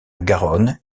garonne